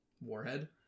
Warhead